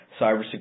cybersecurity